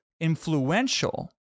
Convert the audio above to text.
influential